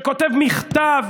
שכותב מכתב,